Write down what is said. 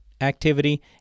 activity